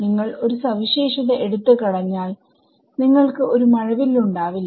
നിങ്ങൾ ഈ സവിശേഷത എടുത്ത് കളഞ്ഞാൽ നിങ്ങൾക്ക് ഒരു മഴവില്ല് ഉണ്ടാവില്ല